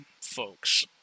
folks